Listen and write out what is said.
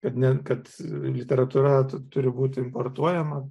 kad ne kad literatūra tu turi būti importuojama